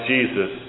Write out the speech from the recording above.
Jesus